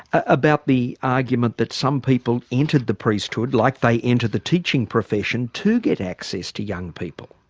about the argument that some people entered the priesthood, like they enter the teaching profession, to get access to young people?